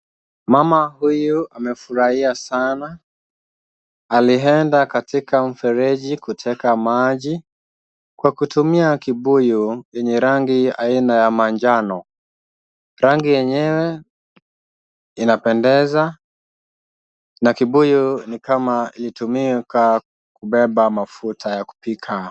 Mama huyu amefurahia sana. Alienda katika mfereji kuteka maji kwa kutumia kibuyu yenye rangi aina ya manjano. Rangi yenyewe inapendeza na kibuyu ni kama ilitumika kubeba mafuta ya kupika.